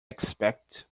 expect